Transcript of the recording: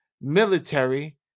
military